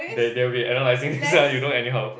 they they'll be analysing this ah you don't any how